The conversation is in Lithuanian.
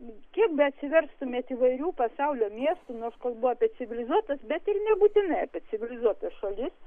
kiek beatsiverstumėt įvairių pasaulio miestų nu aš kalbu apie civilizuotas bet ir nebūtinai apie civilizuotas šalis